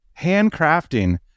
Handcrafting